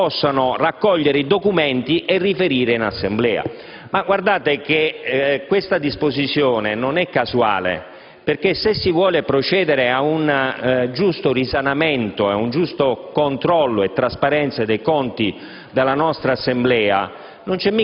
perché possano raccogliere i documenti e riferire in Assemblea. Tale disposizione non è casuale, perché se si vuole procedere a un giusto risanamento e ad un giusto controllo e trasparenza dei conti della nostra Assemblea,